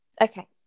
okay